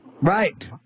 Right